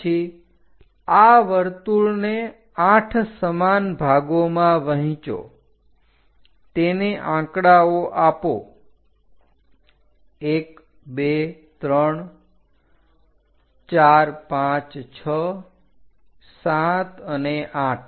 પછી આ વર્તુળને 8 સમાન ભાગોમાં વહેંચો તેને આંકડાઓ આપો 1234567 અને 8